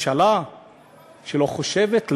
ממשלה שלא חושבת,